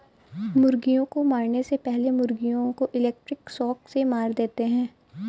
मुर्गियों को मारने से पहले मुर्गियों को इलेक्ट्रिक शॉक से मार देते हैं